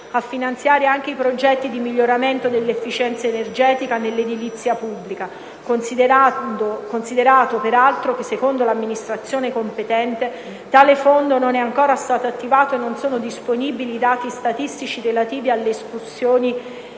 a finanziare anche i progetti, di miglioramento dell'efficienza energetica nell'edilizia pubblica, considerato peraltro che, secondo l'amministrazione competente, tale Fondo non è stato ancora attivato e non sono disponibili i dati statistici relativi alle escussioni effettuate;